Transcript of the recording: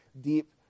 deep